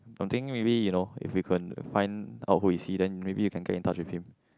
I am thinking maybe you know if we can find out who is he then maybe we can get in touch with him